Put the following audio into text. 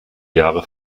jahre